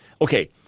okay